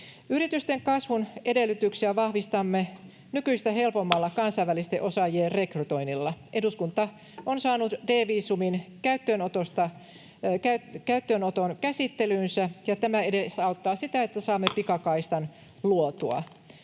Yritysten kasvun edellytyksiä vahvistamme nykyistä helpommalla kansainvälisten osaajien rekrytoinnilla. Eduskunta on saanut D-viisumin käyttöönoton käsittelyynsä, ja tämä edesauttaa sitä, että saamme pikakaistan luotua.